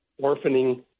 orphaning